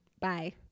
bye